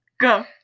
Go